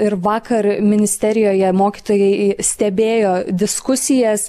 ir vakar ministerijoje mokytojai stebėjo diskusijas